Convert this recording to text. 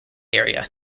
area